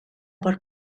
por